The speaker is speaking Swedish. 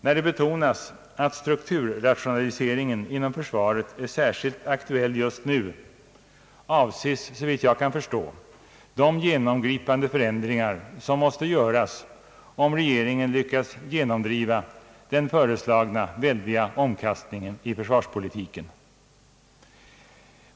När det betonas att strukturrationaliseringen inom försvaret är särskilt aktuell just nu, avses såvitt jag kan förstå de genomgripande förändringar som måste göras om regeringen lyckas genomdriva den föreslagna väldiga omkastningen i försvarspolitiken.